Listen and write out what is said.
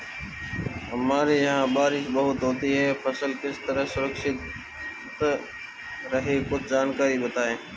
हमारे यहाँ बारिश बहुत होती है फसल किस तरह सुरक्षित रहे कुछ जानकारी बताएं?